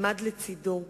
עמד לצדו.